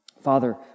Father